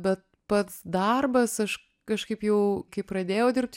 bet pats darbas aš kažkaip jau kai pradėjau dirbt